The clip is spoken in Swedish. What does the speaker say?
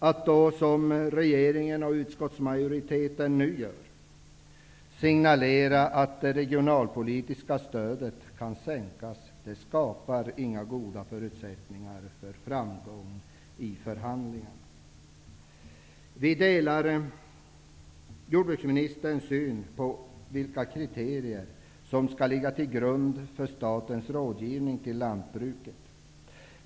Att då, som regeringen och utskottsmajoriteten nu gör, signalera att det regionalpolitiska stödet kan sänkas skapar inga goda förutsättningar för framgång i förhandlingarna. Vi delar jordbruksministerns syn på vilka kriterier som skall ligga till grund för statens rådgivning till lantbruket.